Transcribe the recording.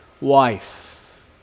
wife